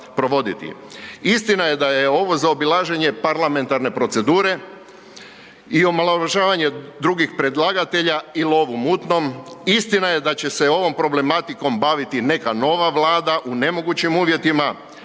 Istina je da je ovo zaobilaženje parlamentarne procedure i omalovažavanje drugih predlagatelja i lov u mutnom. Istina je da će se ovom problematikom baviti neka nova vlada u nemogućim uvjetima.